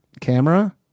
camera